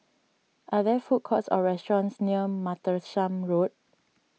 are there food courts or restaurants near Martlesham Road